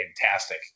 fantastic